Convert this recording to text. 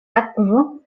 akvo